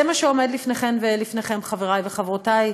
זה מה שעומד לפניכן ולפניכם, חברי וחברותי: